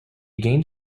gained